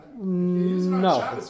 No